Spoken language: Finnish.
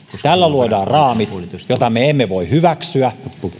tällä luodaan raamit sille mitä me emme voi hyväksyä